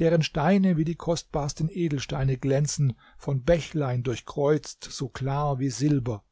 deren steine wie die kostbarsten edelsteine glänzen von bächlein durchkreuzt so klar wie silber